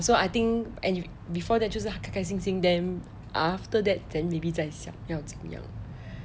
ya so I think before that 就是开开心心 then after that then maybe 再想要怎样